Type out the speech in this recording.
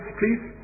please